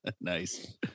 nice